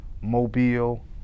Mobile